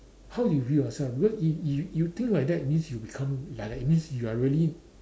how you view yourself because if you you think like that means you become like that it means you are really